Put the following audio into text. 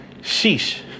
sheesh